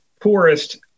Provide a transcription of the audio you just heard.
poorest